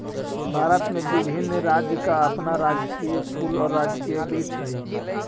भारत में विभिन्न राज्यों का अपना राजकीय फूल और राजकीय वृक्ष हई